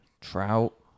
Trout